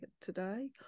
today